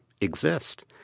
exist